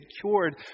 cured